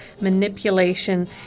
manipulation